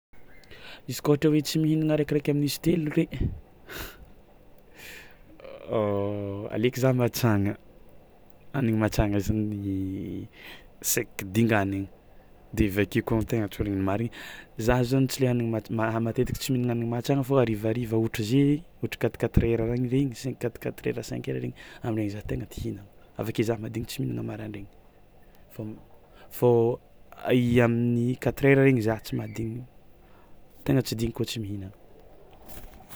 Izy koa ohatra hoe tsy mihinagna araikiraiky amin'izy telo re aleoko za matsagna hanigny matsagna zany sahiko dinganiny de avy ake koa tegna tsoriny ny marigny za zany tsy le hanigny mat- ma- matetiky tsy mihinagna amin'ny matsagna fao harivariva ohatra izy i ohatra quatre quatre heure reny regny cinq quatre quatre heure cinq heure regny am'regny za tegna tia hihina avy ake za madiny tsy mihinana maraindraigny fao m- fao amin'ny quatre heure regny za madiny tegna tsy diny kôa tsy mihinagna.